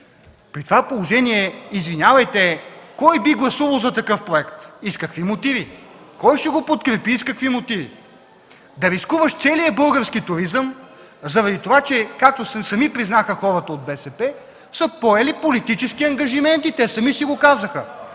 При това положение кой би гласувал за такъв проект и с какви мотиви? Кой ще го подкрепи и с какви мотиви? Да рискуваш целия български туризъм заради това, че, както сами признаха хората от БСП, са поели политически ангажименти. Те сами си го казаха.